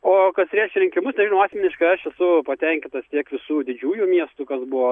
o kas liečia rinkimus nežinau asmeniškai aš esu patenkintas tiek visų didžiųjų miestų kas buvo